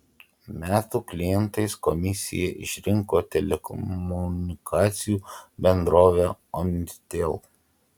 metų klientais komisija išrinko telekomunikacijų bendrovę omnitel